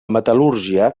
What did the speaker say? metal·lúrgia